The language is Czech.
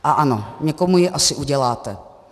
A ano, někomu ji asi uděláte.